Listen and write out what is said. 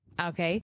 Okay